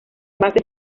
base